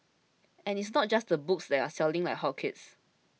and it's not just the books that are selling like hotcakes